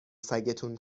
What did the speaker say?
سگتون